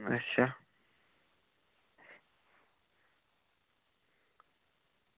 अच्छा